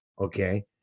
okay